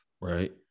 Right